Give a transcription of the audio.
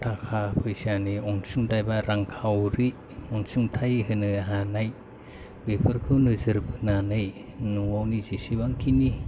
थाखा फैसानि अनसुंथाय एबा रांखाउरि अनसुंथाय होनो हानाय बेफोरखौ नोजोर बोनानै न'नि जेसेबांखिनि